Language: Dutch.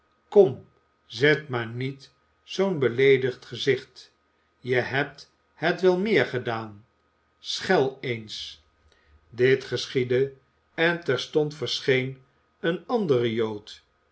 kom zet maar niet zoo'n beleedigd gezicht je hebt het wel meer gedaan schel eens dit geschiedde en terstond verscheen een andere jood